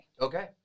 Okay